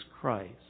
Christ